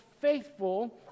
faithful